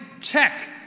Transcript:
check